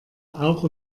auch